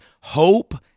hope